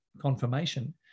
confirmation